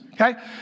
okay